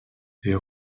est